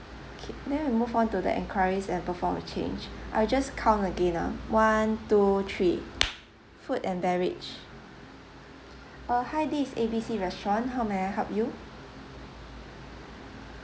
K then we'll move on to the enquires and perform a change I'll just count again ah one two three food and beverage uh hi this is A B C restaurant how may I help you